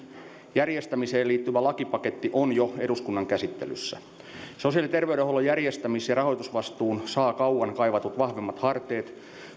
järjestämiseen liittyvä lakipaketti on jo eduskunnan käsittelyssä sosiaali ja terveydenhuollon järjestämis ja rahoitusvastuu saa kauan kaivatut vahvemmat harteet